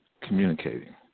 communicating